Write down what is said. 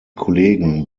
kollegen